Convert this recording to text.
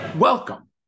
Welcome